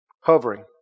Hovering